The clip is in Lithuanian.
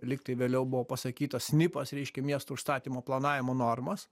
lyg tai vėliau buvo pasakytas snipas reiškia miesto užstatymo planavimo normos